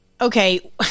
Okay